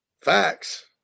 facts